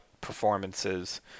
performances